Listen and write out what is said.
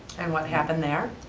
and what happened there?